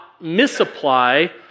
misapply